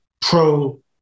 pro